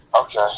Okay